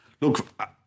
look